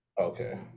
Okay